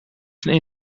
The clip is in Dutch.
zijn